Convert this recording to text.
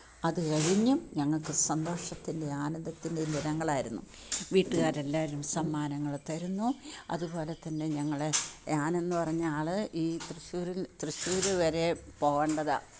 അത് കഴിഞ്ഞും ഞങ്ങൾക്ക് സന്തോഷത്തിൻ്റെ ആന്ദത്തിൻ്റെ ദിനങ്ങളായിരുന്നു വീട്ടുകാർ എല്ലാവരും സമ്മാനങ്ങൾ തരുന്നു അതു പോലെ തന്നെ ഞങ്ങൾ ഞാൻ എന്ന് പറഞ്ഞാൽ ഈ തൃശ്ശൂരിൽ തൃശ്ശൂർ വരെ പോവേണ്ടതാണ്